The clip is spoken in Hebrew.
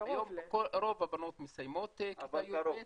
רוב הבנות מסיימות כיתה י"ב.